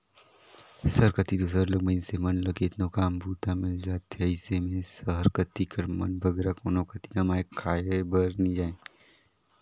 सहर कती दो सरलग मइनसे मन ल केतनो काम बूता मिल जाथे अइसे में सहर कती कर मन बगरा कोनो कती कमाए खाए बर नी जांए